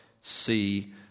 see